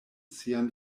sian